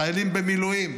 חיילים במילואים,